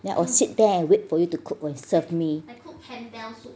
then I'll sit there and wait for you to cook and serve me